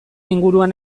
inguruan